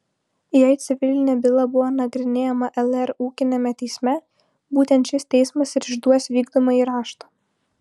jei civilinė byla buvo nagrinėjama lr ūkiniame teisme būtent šis teismas ir išduos vykdomąjį raštą